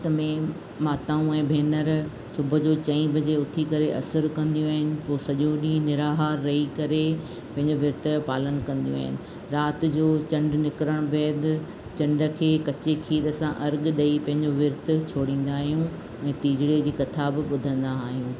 तंहिं में माताऊं ऐं भेनर सुबुह जो चई बजे उथी करे असुर कंदियूं आहिनि पोइ सॼो ॾींहुं निआहार रही करे पंहिंजो विर्त जो पालन कंदियूं आहिनि राति जो चंड निकिरण बैदि चंड खे कची खीर सां अर्ग ॾेई पंहिंजो विर्त छोड़ींदा आहियूं ऐं टीजिड़ीअ जी कथा बि ॿुधंदा आहियूं